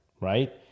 right